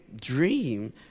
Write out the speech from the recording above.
dream